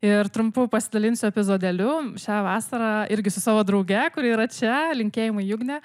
ir trumpu pasidalinsiu epizodeliu šią vasarą irgi su savo drauge kuri yra čia linkėjimai jugne